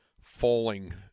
falling